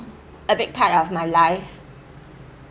a big part of my life